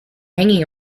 hanging